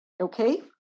okay